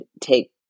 take